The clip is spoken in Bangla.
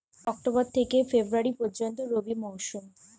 অক্টোবর থেকে ফেব্রুয়ারি পর্যন্ত রবি মৌসুম